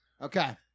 Okay